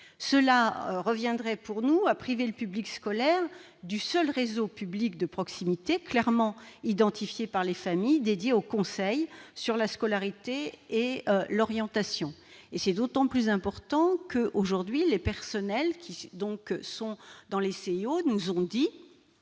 cela reviendrait à priver le public scolaire du seul réseau public de proximité clairement identifié par les familles et dédié aux conseils sur la scolarité et l'orientation. C'est d'autant plus important que les personnels des CIO nous ont